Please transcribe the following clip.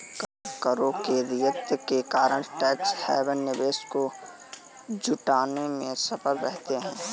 करों के रियायत के कारण टैक्स हैवन निवेश को जुटाने में सफल रहते हैं